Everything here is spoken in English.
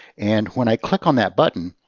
and when i click on that button,